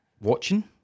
watching